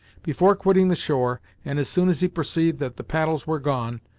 before quitting the shore, and as soon as he perceived that the paddles were gone,